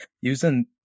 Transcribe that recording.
using